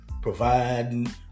providing